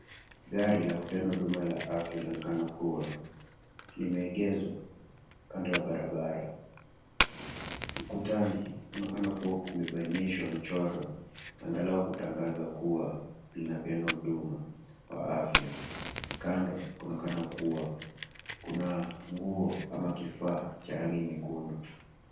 Gari la kupeana huduma la afya linaonekana kuwa limeegezwa kando ya barabara. Ukutani unaonekana kuwa umebainishwa mchoro angalau kutangaza kuwa linapeana huduma wa afya. Kando kunaonekana kuwa kuna nguo ama kifaa cha rangi nyekundu.